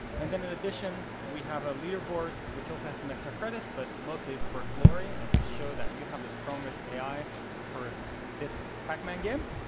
and then in addition, we have a leader board, which also has some extra credit, but mostly it's for glory and to show that you have the strongest ai for this pac-man game.